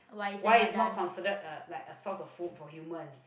why it's not considered a uh like a source of food for human